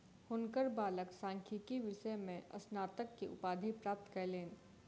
हुनकर बालक सांख्यिकी विषय में स्नातक के उपाधि प्राप्त कयलैन